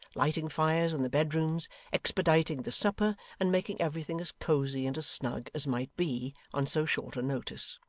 lighting fires in the bedrooms, expediting the supper, and making everything as cosy and as snug as might be, on so short a notice.